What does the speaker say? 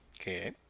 Okay